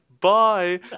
Bye